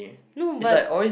no but